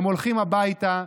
הם הולכים הביתה,